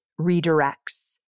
redirects